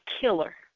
killer